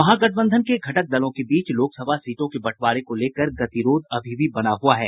महागठबंधन के घटक दलों के बीच लोकसभा सीटों के बंटवारे को लेकर गतिरोध अभी भी बना हुआ है